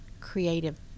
creative